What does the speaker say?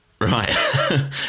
Right